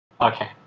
Okay